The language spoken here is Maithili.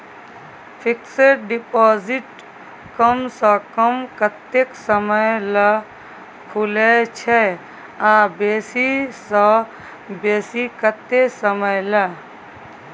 फिक्सड डिपॉजिट कम स कम कत्ते समय ल खुले छै आ बेसी स बेसी केत्ते समय ल?